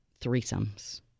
threesomes